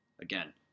again